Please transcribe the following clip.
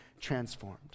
transformed